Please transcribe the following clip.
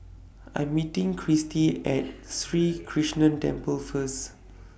I'm meeting Christy At Sri Krishnan Temple First